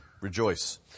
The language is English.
rejoice